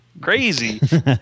crazy